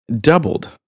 doubled